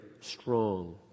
strong